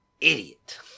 idiot